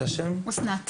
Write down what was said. של אסנת.